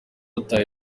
ataha